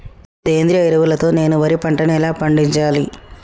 సేంద్రీయ ఎరువుల తో నేను వరి పంటను ఎలా పండించాలి?